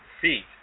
feet